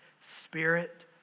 spirit